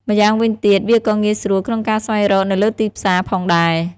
ម្យ៉ាងវិញទៀតវាក៏ងាយស្រួលក្នុងការស្វែងរកនៅលើទីផ្សារ ផងដែរ។